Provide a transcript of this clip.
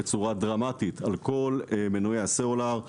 בצורה דרמטית על כל מנויי הסלולר.